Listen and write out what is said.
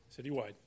Citywide